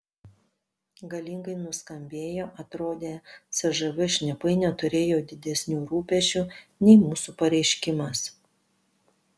galingai nuskambėjo atrodė cžv šnipai neturėjo didesnių rūpesčių nei mūsų pareiškimas